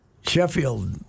Sheffield